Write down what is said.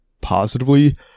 positively